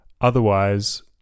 Otherwise